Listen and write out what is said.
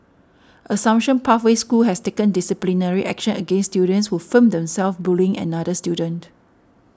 Assumption Pathway School has taken disciplinary action against students who filmed themselves bullying another student